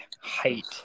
height